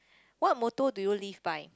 what motto do you live by